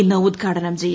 ഇന്ന് ഉദ്ഘാടനം ചെയ്യും